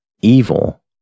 evil